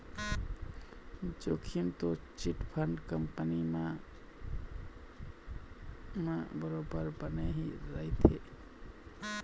जोखिम तो chit fund company मन म बरोबर बने ही रहिथे